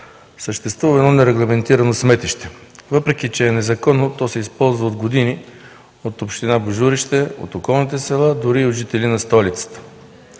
съществува едно нерегламентирано сметище. Въпреки че е незаконно, то се използва от години от община Божурище, от околните села, дори от жители на столицата.